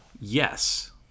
yes